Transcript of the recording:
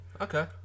Okay